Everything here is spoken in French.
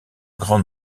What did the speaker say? grand